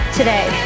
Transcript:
today